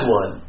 one